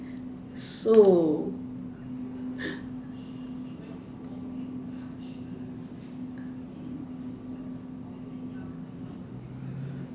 so